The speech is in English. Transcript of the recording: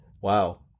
Wow